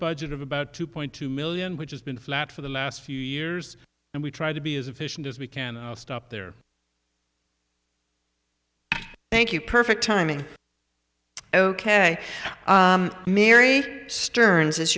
budget of about two point two million which has been flat for the last few years and we try to be as efficient as we can stop there thank you perfect timing ok mary stearns is